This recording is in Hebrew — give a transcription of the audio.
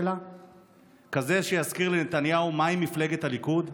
כזה שיזכיר לנתניהו מהי מפלגת הליכוד,